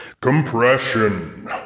compression